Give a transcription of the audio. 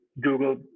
Google